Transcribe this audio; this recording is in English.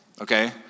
okay